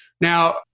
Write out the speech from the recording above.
now